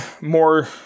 more